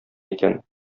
икән